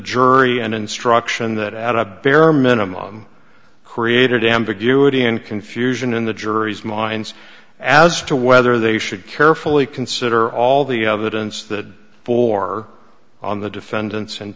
jury an instruction that had a bare minimum created ambiguity and confusion in the jury's minds as to whether they should carefully consider all the other dents that for on the defendant's